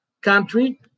country